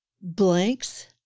blanks